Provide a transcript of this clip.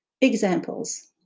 Examples